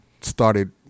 started